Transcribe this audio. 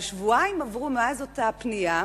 אבל שבועיים עברו מאז אותה פנייה,